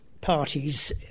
parties